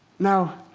now,